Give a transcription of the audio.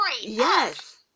Yes